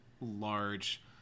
large